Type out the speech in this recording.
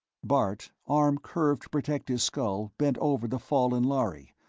bart, arm curved to protect his skull, bent over the fallen lhari,